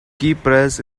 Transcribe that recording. keypress